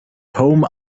home